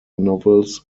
novels